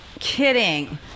kidding